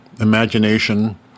imagination